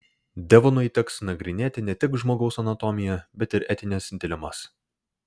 devonui teks nagrinėti ne tik žmogaus anatomiją bet ir etines dilemas